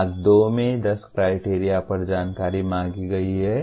भाग 2 में 10 क्राइटेरिया पर जानकारी मांगी गई है